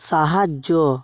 সাহায্য